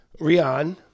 Rian